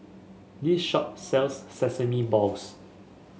this shop sells Sesame Balls